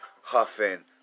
huffing